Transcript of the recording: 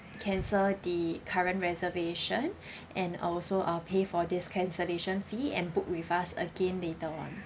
cancel the current reservation and also uh pay for this cancellation fee and book with us again later on